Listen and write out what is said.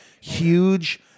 huge –